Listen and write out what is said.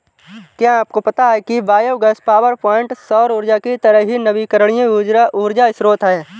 क्या आपको पता है कि बायोगैस पावरप्वाइंट सौर ऊर्जा की तरह ही नवीकरणीय ऊर्जा स्रोत है